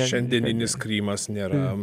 šiandieninis krymas nėra